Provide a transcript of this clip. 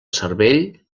cervell